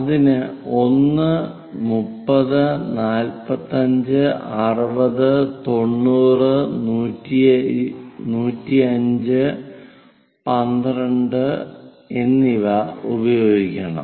അതിനു 1 30 45 60 90 105 12 എന്നിവ ഉപയോഗിക്കണം